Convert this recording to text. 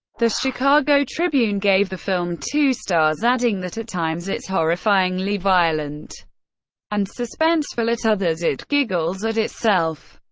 the chicago tribune gave the film two stars, adding that at times it's horrifyingly violent and suspenseful at others it giggles at itself.